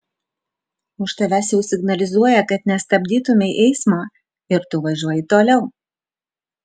už tavęs jau signalizuoja kad nestabdytumei eismo ir tu važiuoji toliau